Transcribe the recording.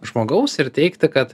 žmogaus ir teigti kad